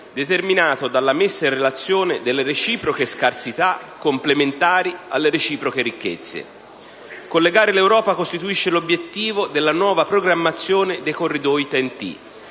determinato dalla messa in relazione delle reciproche scarsità complementari alle reciproche ricchezze. Collegare l'Europa, costituisce l'obiettivo della nuova programmazione dei corridoi TEN-T.